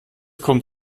kommt